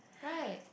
right